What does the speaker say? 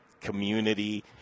community